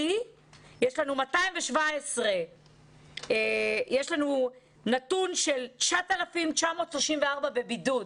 יש לנו 217. יש לנו נתון של 9,934 בבידוד.